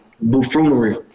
buffoonery